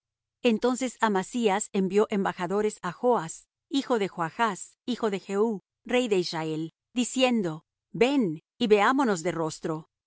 entonces amasías envió embajadores á joas hijo de joachz hijo de jehú rey de israel diciendo ven y veámonos de rostro y